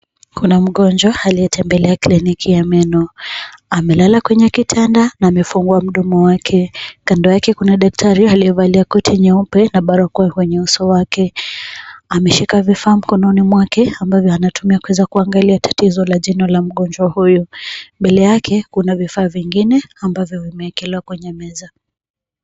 Kuna mgonjwa aliyetembelea kliniki ya meno. Amelala kwenye kitanda na amefungua mdomo wake. Kando yake kuna daktari aliyevalia koti nyeupe na barakoa kwenye uso wake. Ameshika vifaa mkononi mwake ambavyo anatumia kuweza kuangalia tatizo la jino la mgonjwa huyu. Mbele yake kuna vifaa vingine ambavyo vimeekelewa kwenye meza.